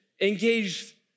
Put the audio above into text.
engage